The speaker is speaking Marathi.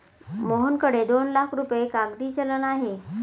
मोहनकडे दोन लाख रुपये कागदी चलन आहे